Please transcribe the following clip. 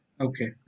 okay